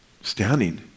standing